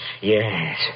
Yes